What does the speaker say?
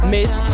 Miss